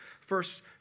first